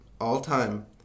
all-time